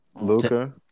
Luca